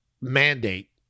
Mandate